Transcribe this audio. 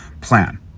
plan